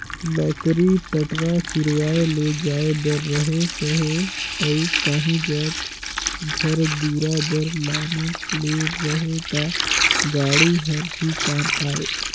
लकरी पटरा चिरवाए ले जाए बर रहें चहे अउ काही जाएत घर दुरा बर लाने ले रहे ता गाड़ा हर ही काम आए